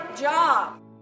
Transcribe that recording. job